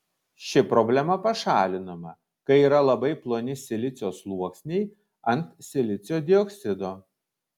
ši problema pašalinama kai yra labai ploni silicio sluoksniai ant silicio dioksido